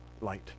light